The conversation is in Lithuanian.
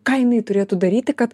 ką jinai turėtų daryti kad